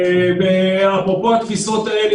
ואפרופו התפיסות האלה,